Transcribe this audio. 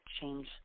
change